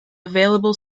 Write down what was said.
available